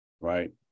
right